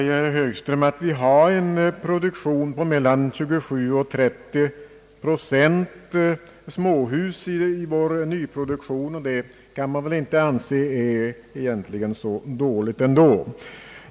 Herr Högström säger att produktionen av småhus ligger på mellan 27 och 30 procent av vår nyproduktion och att det egentligen inte kan anses vara så dåligt.